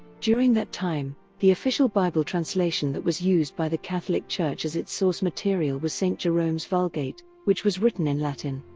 during that time, the official bible translation that was used by the catholic church as its source material was saint jerome's vulgate, which was written in latin.